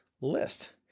list